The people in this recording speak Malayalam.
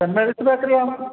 സെൻറ് മേരീസ് ബേക്കറി ആണോ